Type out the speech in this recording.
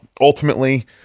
ultimately